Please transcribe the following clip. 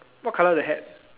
what colour the hat